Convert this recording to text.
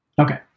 Okay